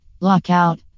Lockout